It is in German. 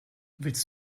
willst